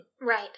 Right